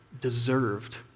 deserved